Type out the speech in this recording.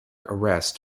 arrest